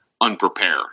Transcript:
unprepared